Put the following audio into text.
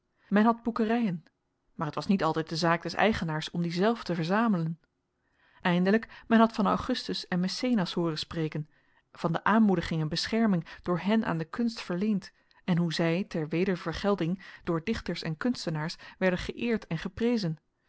men had boekerijen maar het was niet altijd de zaak des eigenaars om die zelf te verzamelen eindelijk men had van augustus en mecenas hooren spreken van de aanmoediging en bescherming door hen aan de kunst verleend en hoe zij ter wedervergelding door dichters en kunstenaars werden geëerd en geprezen